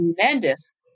tremendous